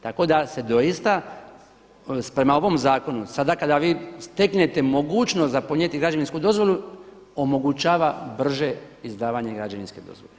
Tako da se doista prema ovom zakonu sada kada vi steknete mogućnost za podnijeti građevinsku dozvolu omogućava brže izdavanje građevinske dozvole.